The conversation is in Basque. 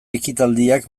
ekitaldiak